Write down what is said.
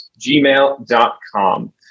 gmail.com